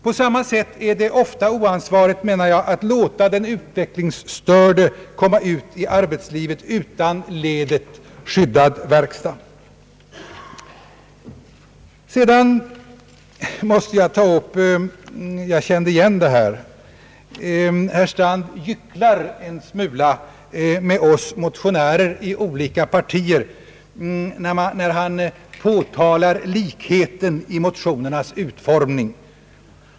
På samma sätt är det ofta oansvarigt att låta den utvecklingsstörde komma ut i arbetslivet utan ledet skyddad verkstad. Herr Strand gycklar en smula med oss motionärer i olika partier, när han talar om likheten i motionernas utformning.